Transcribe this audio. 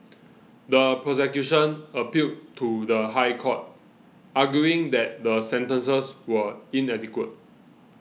the prosecution appealed to the High Court arguing that the sentences were inadequate